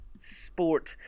sport